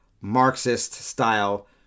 Marxist-style